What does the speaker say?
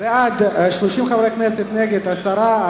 קיבלת עצה טובה.